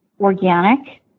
organic